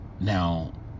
Now